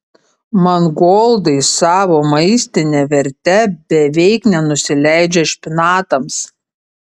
mangoldai savo maistine verte beveik nenusileidžia špinatams